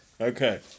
Okay